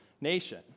nation